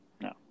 No